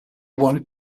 wanted